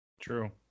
True